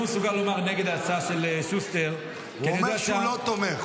ההצעה של שוסטר -- הוא אומר שהוא לא תומך.